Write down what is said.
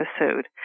episode